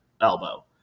elbow